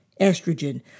estrogen